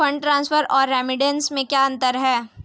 Fund transfer और remittance में क्या अंतर है?